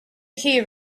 here